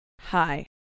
Hi